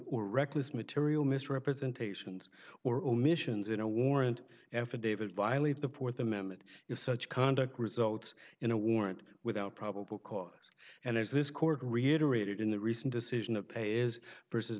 or reckless material misrepresentations or omissions in a warrant affidavit violates the th amendment if such conduct results in a warrant without probable cause and as this court reiterated in the recent decision of is versus